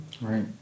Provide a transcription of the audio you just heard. Right